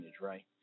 right